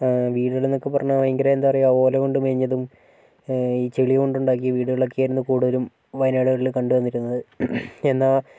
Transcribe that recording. വീടുകളെന്നൊക്കെ പറഞ്ഞാൽ ഭയങ്കര എന്താ പറയുക ഓല കൊണ്ടു മേഞ്ഞതും ഈ ചളികൊണ്ടുണ്ടാക്കിയ വീടുകളൊക്കെയായിരുന്നു കൂടുതലും വയനാടുകളിൽ കണ്ടുവന്നിരുന്നത് എന്നാൽ